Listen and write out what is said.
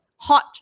hot